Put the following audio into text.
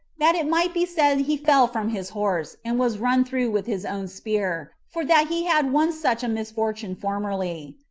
that it might be said he fell from his horse, and was run through with his own spear, for that he had once such a misfortune formerly.